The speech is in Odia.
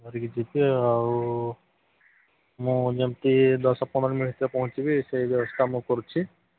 ଧରିକି ଯିବି ଆଉ ମୁଁ ଯେମିତି ଦଶ ପନ୍ଦର ମିନିଟ୍ ଭିତରେ ପହଞ୍ଚିବି ସେଇ ବ୍ୟବସ୍ଥା ମୁଁ କରୁଛି